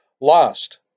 lost